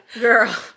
Girl